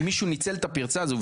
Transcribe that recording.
אם מישהו ניצל את הפרצה הזו,